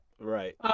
Right